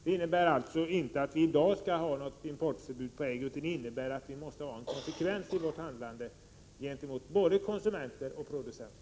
Det innebär inte att vi skall ha något importförbud i dag, utan kravet innebär att vi måste ha konsekvens i vårt handlande gentemot både konsumenter och producenter.